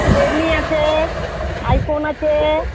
Redmi আছে iPhone আছে